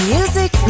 Music